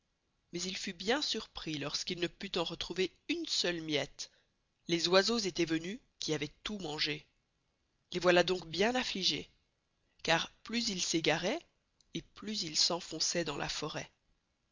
mais il fut bien surpris lors qu'il ne put en retrouver une seule miette les oiseaux étoient venus qui avoient tout mangé les voylà donc bien affligés car plus ils marchoient plus ils s'égaroient et s'enfonçoient dans la forest